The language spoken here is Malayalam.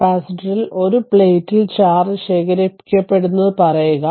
കപ്പാസിറ്ററിൽ ഒരു പ്ലേറ്റിൽ ചാർജ് ശേഖരിക്കപ്പെടുന്നത് പറയുക